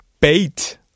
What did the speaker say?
bait